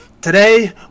Today